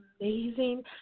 amazing